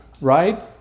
right